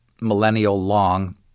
millennial-long